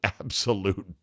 absolute